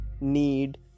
need